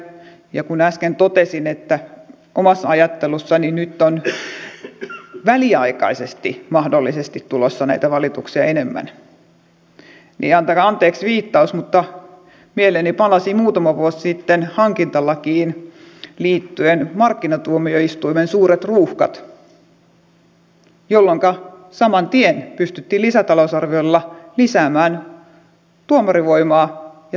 ja kun äsken totesin omassa ajattelussani että nyt on väliaikaisesti mahdollisesti tulossa näitä valituksia enemmän niin antakaa anteeksi viittaus mutta mieleeni palasivat muutama vuosi sitten hankintalakiin liittyneet markkinatuomioistuimen suuret ruuhkat jolloinka saman tien pystyttiin lisätalousarviolla lisäämään tuomarivoimaa ja saatiin se purettua